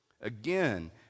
again